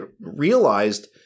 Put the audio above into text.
realized